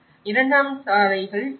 இரண்டாம் சாலைகள் உள்ளன